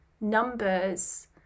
numbers